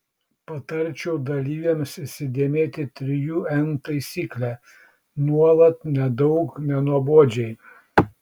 patarčiau dalyvėms įsidėmėti trijų n taisyklę nuolat nedaug nenuobodžiai